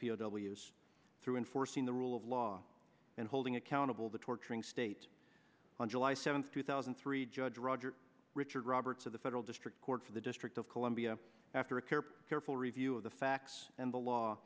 w s through enforcing the rule of law and holding accountable the torturing state on july seventh two thousand and three judge roger richard roberts of the federal district court for the district of columbia after a care careful review of the facts and the law